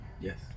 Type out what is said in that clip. yes